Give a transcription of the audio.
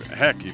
heck